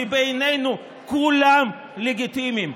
כי בעינינו כולם לגיטימיים.